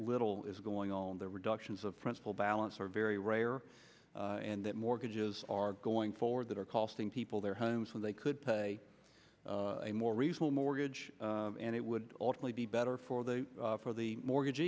little is going on the reductions of principle balance are very rare and that mortgages are going forward that are costing people their homes when they could pay a more reasonable mortgage and it would ultimately be better for the for the mortgage